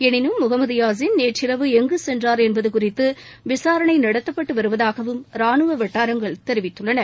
எனினும் முகமது யாசின் நேற்றிரவு எங்கு சென்றார் என்பது குறித்து விசாரணை நடத்தி வருவதாகவும் ராணுவ வட்டாரங்கள் தெரிவித்துள்ளன